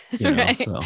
Right